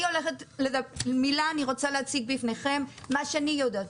אני הולכת להציג בפניכם מה שאני יודעת,